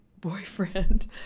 boyfriend